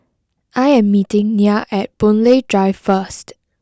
I am meeting Nya at Boon Lay Drive first